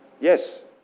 Yes